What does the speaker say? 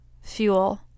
fuel